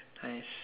nice